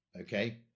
Okay